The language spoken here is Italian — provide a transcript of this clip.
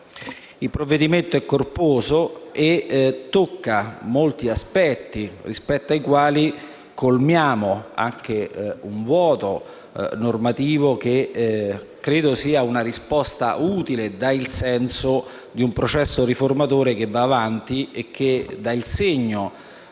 Il provvedimento è corposo e tocca molti aspetti rispetto ai quali colmiamo anche un vuoto normativo. È una risposta utile e dà il senso di un processo riformatore che va avanti e che dà il segno